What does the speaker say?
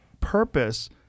purpose